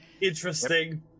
Interesting